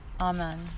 Amen